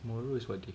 tomorrow is what day